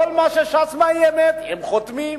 כל מה שש"ס מאיימת, הם חותמים.